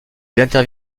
intervient